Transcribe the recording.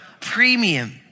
premium